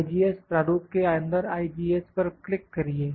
IGES प्रारूप के अंदर IGES पर क्लिक करिए